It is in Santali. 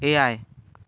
ᱮᱭᱟᱭ